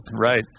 right